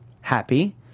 happy